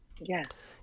Yes